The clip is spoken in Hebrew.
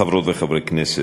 חברות וחברי הכנסת,